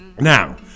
Now